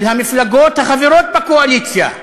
של המפלגות החברות בקואליציה.